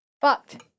fucked